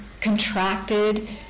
contracted